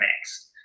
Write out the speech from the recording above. next